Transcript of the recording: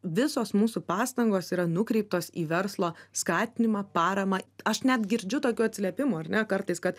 visos mūsų pastangos yra nukreiptos į verslo skatinimą paramą aš net girdžiu tokių atsiliepimų ar ne kartais kad